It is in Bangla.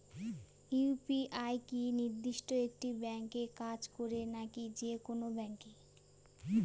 ইউ.পি.আই কি নির্দিষ্ট একটি ব্যাংকে কাজ করে নাকি যে কোনো ব্যাংকে?